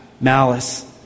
malice